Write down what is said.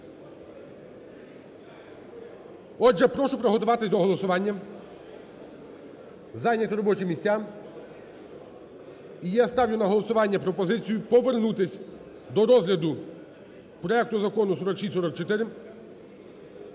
Отже, прошу приготуватись до голосування, зайняти робочі місця. І я ставлю на голосування пропозицію повернутись до розгляду проекту Закону 4644.